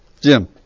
Jim